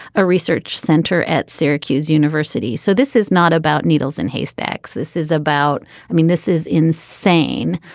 a research center at syracuse university. so this is not about needles in haystacks. this is about. i mean, this is insane,